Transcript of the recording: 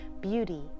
beauty